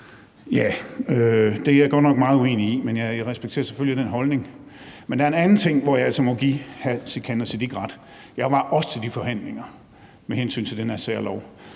Det er jeg godt nok meget uenig i, men jeg respekterer selvfølgelig den holdning. Men der er en anden ting, hvor jeg altså må give hr. Sikandar Siddique ret. Jeg var også til de forhandlinger med hensyn til den her særlov,